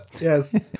Yes